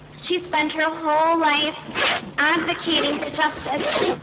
she spent her whole life advocating for justice